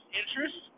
interest